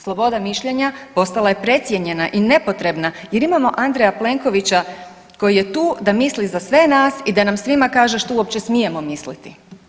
Sloboda mišljenja postala je precijenjena i nepotrebna jer imamo Andreja Plenkovića koji je tu da misli za sve nas i da nam svima kaže što uopće smijemo misliti.